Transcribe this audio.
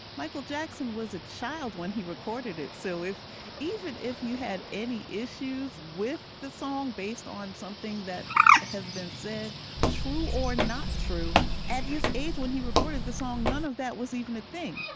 michael jackson was a child when he recorded it. so if even if you had any issues with the song based on something that has been said true or not true at his age when he recorded the song none of that was even a thing.